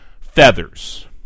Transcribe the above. feathers